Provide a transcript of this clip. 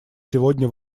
сегодня